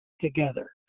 together